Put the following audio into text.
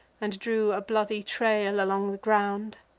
and drew a bloody trail along the ground.